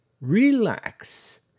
relax